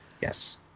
Yes